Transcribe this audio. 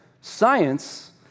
Science